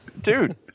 Dude